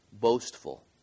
boastful